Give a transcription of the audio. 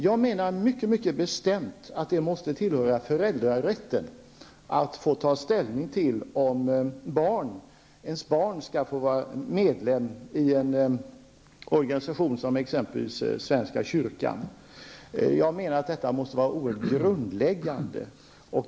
Jag menar mycket bestämt att det måste tillhöra föräldrarätten att få ta ställning till om ens barn skall få vara medlemmar i en organisation som exempelvis svenska kyrkan. Jag menar att detta måste vara oerhört grundläggande.